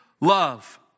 love